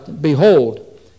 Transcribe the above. behold